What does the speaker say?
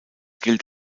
gilt